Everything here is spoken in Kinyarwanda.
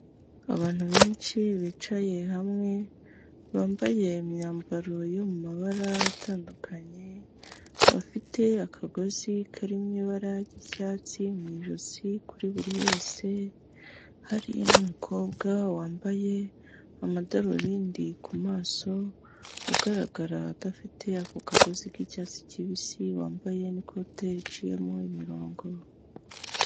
Abantu benshi bicaye hamwe bambaye imyambaro yo mu mabara atandukanye, bafite akagozi kari mu ibara ry'icyatsi mu ijosi kuri buri wese, hari n'umukobwa wambaye amadarubindi ku maso ugaragara adafite ako kagozi k'icyatsi kibisi wambaye n'ikote riciyemo imirongo.